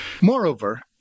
Moreover